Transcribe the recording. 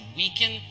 weaken